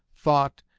thought,